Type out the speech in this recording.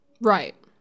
Right